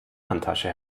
handtasche